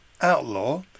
outlaw